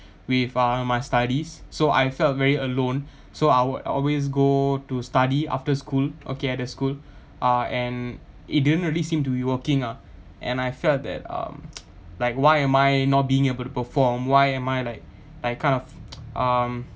with uh all my studies so I felt very alone so I would always go to study after school okay at the school uh and it didn't really seem to be working ah and I felt that um like why am I not being able to perform why am I like like it kind of um